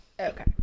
Okay